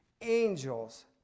angels